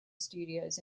studios